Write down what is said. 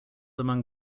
among